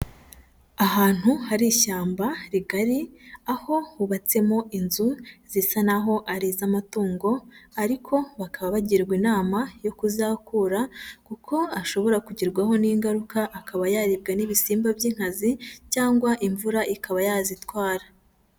Ahantu hari ishyamba rigari aho hubatsemo inzu zisa naho ari iz'amatungo, ariko bakaba bagirwa inama yo kuzihakura kuko ashobora kugerwaho n'ingaruka akaba yaribwa n'ibisimba by'inkazi cyangwa imvura ikaba yazitwara.